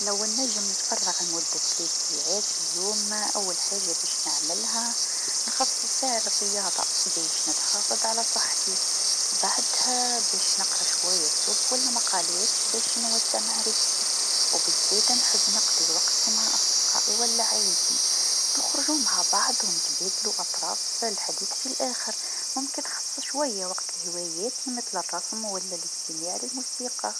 لو نجم نتفرع لمدة ثلاث ساعات في اليوم، أول حاجه باش نعملها نخصص ساعه للرياضه باش نتحافط على صحتي، بعدها باش نقرا شويا كتب و لا مقالات باش نوسع معريفتي و بالزادا نحب نقضي الوقت مع أصدقائي و لا عايلتي، نخرجو مع بعض و نتبادلو أطراف الحديث، في الآخر ممكن نخصص شويا وقت لهواياتي مثل الرسم و لا الإستماع للموسيقى.